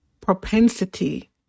propensity